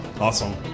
Awesome